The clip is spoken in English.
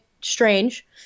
strange